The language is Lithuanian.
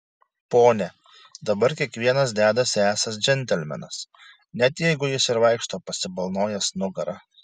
pone dabar kiekvienas dedasi esąs džentelmenas net jeigu jis ir vaikšto pasibalnojęs nugarą